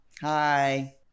Hi